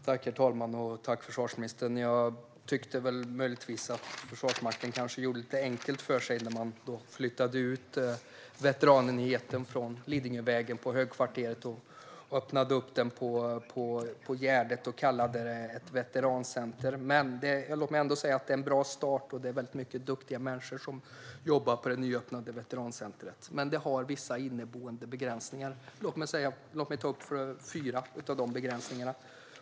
Herr talman! Jag tackar försvarsministern. Möjligtvis gjorde Försvarsmakten det lite enkelt för sig när man flyttade ut veteranenheten från högkvarteret på Lidingövägen och öppnade den på Gärdet och kallade den ett veterancenter. Men det är en ändå bra start, och det är många duktiga människor som jobbar på det nyöppnade veterancentret. Det har dock vissa begräsningar. Låt mig ta upp fyra av dessa.